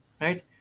right